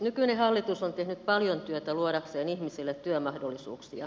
nykyinen hallitus on tehnyt paljon työtä luodakseen ihmisille työmahdollisuuksia